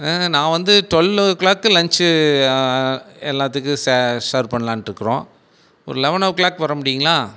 நான் வந்து twelve o'clock lunch எல்லாத்துக்கும் சேர்வ் பண்ணலாம்னு இருக்கிறோம் ஒரு லெவென் ஓ க்ளாக் வரமுடியுங்களா